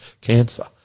cancer